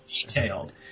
detailed